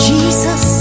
Jesus